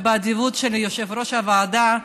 ובאדיבותו של יושב-ראש הוועדה,